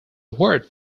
word